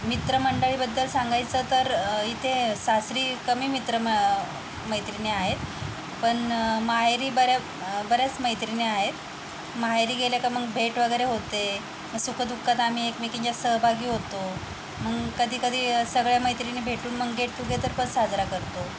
मित्रमंडळीबद्दल सांगायचं तर इथे सासरी कमी मित्र म मैत्रिणी आहेत पण माहेरी बऱ्या बऱ्याच मैत्रिणी आहेत माहेरी गेल्या का मग भेट वगैरे होते म सुखदुःखात आम्ही एकमेकींच्या सहभागी होतो मग कधी कधी सगळ्या मैत्रिणी भेटून मग गेट टुगेदर पण साजरा करतो